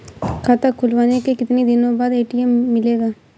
खाता खुलवाने के कितनी दिनो बाद ए.टी.एम मिलेगा?